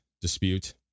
dispute